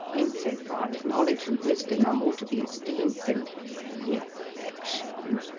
in so far as knowledge and wisdom are more to be esteemed than mere affection.